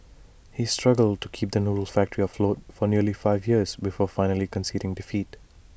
he struggled to keep the noodle factory afloat for nearly five years before finally conceding defeat